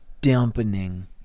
dampening